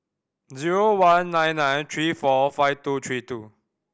zero one nine nine three four five two three two